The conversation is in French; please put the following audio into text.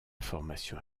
formation